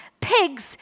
Pigs